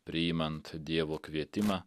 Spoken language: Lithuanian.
priimant dievo kvietimą